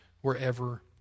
wherever